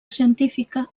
científica